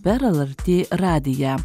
per lrt radiją